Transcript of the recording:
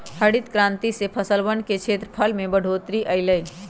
हरित क्रांति से फसलवन के क्षेत्रफल में बढ़ोतरी अई लय